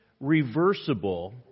Reversible